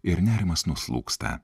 ir nerimas nuslūgsta